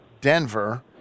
denver